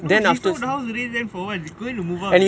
no she sold the house already going to move out already